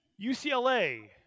UCLA